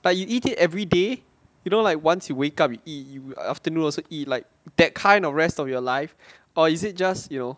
but you eat it every day you know like once you wake up you eat afternoon also eat like that kind of rest of your life or is it just you know